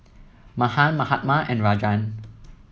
Mahan Mahatma and Rajan